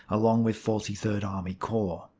along with forty third army corps.